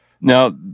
Now